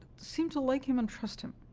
seemed to like him and trust him.